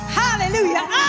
hallelujah